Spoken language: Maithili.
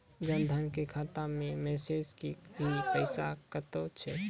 जन धन के खाता मैं मैसेज के भी पैसा कतो छ?